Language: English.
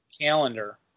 calendar